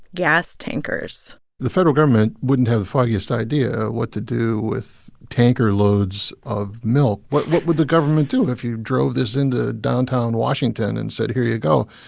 gas tankers the federal government wouldn't have the foggiest idea what to do with tanker loads of milk. what what would the government do if you drove this into downtown washington and said, here you go?